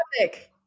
topic